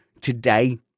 today